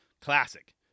Classic